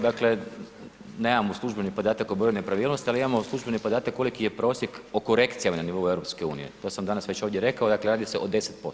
Dakle, nemamo službeni podatak o broju nepravilnosti, ali imamo službeni podatak koliki je prosjek o korekcijama na nivou EU, to sam danas već ovdje rekao, dakle radi se o 10%